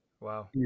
Wow